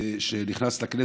שנכנס לכנסת,